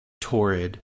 Torrid